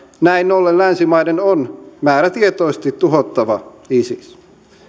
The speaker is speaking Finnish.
näin ollen länsimaiden on määrätietoisesti tuhottava isis